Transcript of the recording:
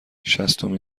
شصتمین